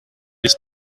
this